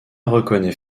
reconnaît